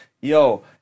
yo